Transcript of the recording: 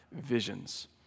visions